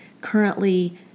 currently